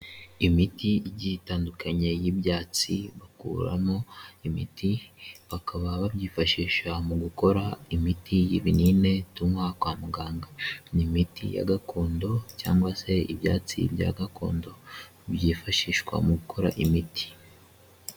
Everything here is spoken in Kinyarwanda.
Imiti igiye itandukanye y'ibyatsi, bakuramo imiti, bakaba babyifashisha mu gukora imiti y'ibinini tunywa kwa muganga. Ni imiti ya gakondo cyangwa se ibyatsi bya gakondo, byifashishwa mu gukora imiti.